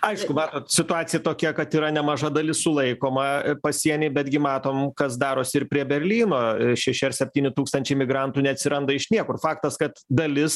aišku matot situacija tokia kad yra nemaža dalis sulaikoma pasieny betgi matom kas darosi ir prie berlyno šeši ar septyni tūkstančiai migrantų neatsiranda iš niekur faktas kad dalis